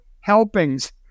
helpings